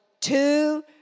two